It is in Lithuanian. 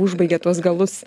užbaigia tuos galus